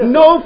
no